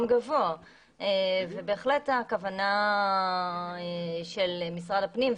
גבוה ובהחלט הכוונה של משרד הפנים,